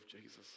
Jesus